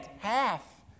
half